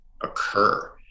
occur